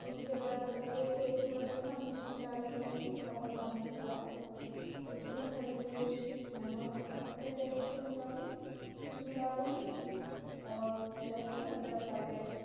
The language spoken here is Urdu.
اس کے بعد ایک کے جی مٹن ہم اس میں ڈالیں گے تھوڑا پکانے کے بعد اس میں ہری مرچ نمک اپنے ٹیسٹ کے مطابق اس میں ڈالوں گی اور لہسن ادرک کا پیسٹ